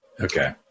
Okay